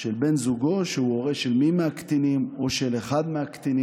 של בן זוגו שהוא הורה של מי מהקטינים או של אחד מהקטינים,